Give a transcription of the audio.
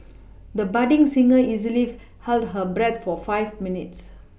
the budding singer easily held her breath for five minutes